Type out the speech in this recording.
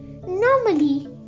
Normally